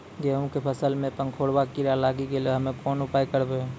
गेहूँ के फसल मे पंखोरवा कीड़ा लागी गैलै हम्मे कोन उपाय करबै?